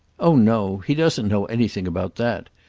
oh no he doesn't know anything about that.